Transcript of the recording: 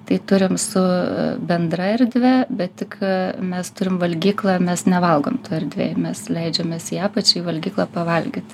tai turim su bendra erdve bet tik mes turim valgyklą mes nevalgom toj erdvėj mes leidžiamės į apačią į valgyklą pavalgyt